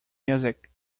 music